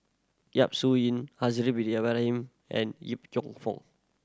Yap Su Yin Haslir Bin Ibrahim and Yip Cheong Fun